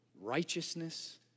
righteousness